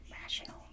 rational